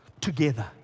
together